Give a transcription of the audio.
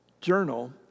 journal